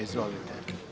Izvolite.